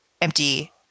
empty